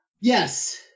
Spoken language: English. Yes